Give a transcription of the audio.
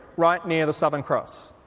right near the southern cross.